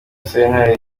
sentare